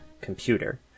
computer